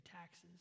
taxes